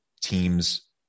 teams